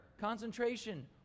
concentration